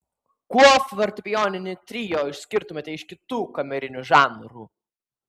kuo fortepijoninį trio išskirtumėte iš kitų kamerinių žanrų